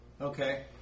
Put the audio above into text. Okay